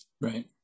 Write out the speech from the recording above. Right